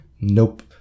Nope